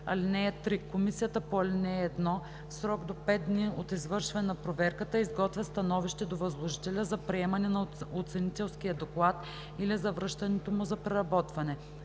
109. (3) Комисията по ал. 1 в срок до 5 дни от извършване на проверката изготвя становище до възложителя за приемане на оценителския доклад или за връщането му за преработване.